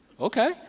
Okay